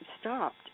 stopped